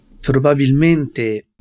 Probabilmente